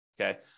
Okay